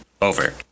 over